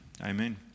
amen